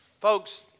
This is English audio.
Folks